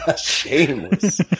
Shameless